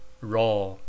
raw